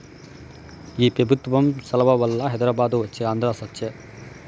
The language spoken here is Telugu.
ఈ పెబుత్వం సలవవల్ల హైదరాబాదు వచ్చే ఆంధ్ర సచ్చె